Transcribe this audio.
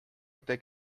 até